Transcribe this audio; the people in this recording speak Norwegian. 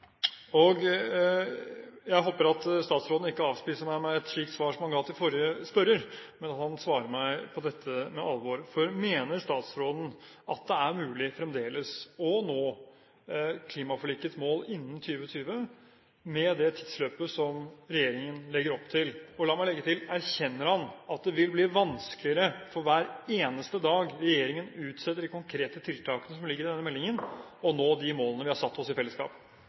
og jeg håper at statsråden ikke avspiser meg med et slikt svar som han ga til forrige spørrer, men svarer meg på dette med alvor. Mener statsråden at det er mulig fremdeles å nå klimaforlikets mål innen 2020 med det tidsløpet som regjeringen legger opp til? La meg legge til: Erkjenner han at det vil bli vanskeligere for hver eneste dag regjeringen utsetter de konkrete tiltakene som ligger i denne meldingen, å nå de målene vi har satt oss i fellesskap?